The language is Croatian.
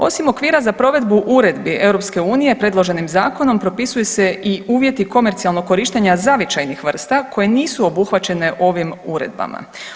Osim okvira za provedbu uredbi EU predloženim zakonom propisuju se i uvjeti komercijalnog korištenja zavičajnih vrsta koje nisu obuhvaćene ovim uredbama.